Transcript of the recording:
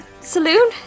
saloon